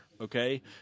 Okay